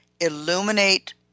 illuminate